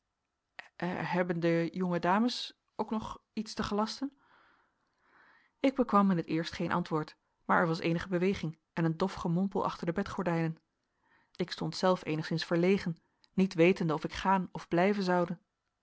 de jonge dames ook nog iets te gelasten ik bekwam in het eerst geen antwoord maar er was eenige beweging en een dof gemompel achter de bedgordijnen ik stond zelf eenigszins verlegen niet wetende of ik gaan of blijven zoude